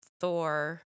Thor